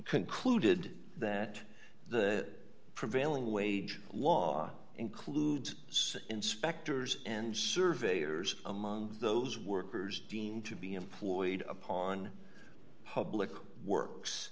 concluded that the prevailing wage law includes inspectors and surveyors among those workers deemed to be employed upon public works